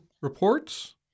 reports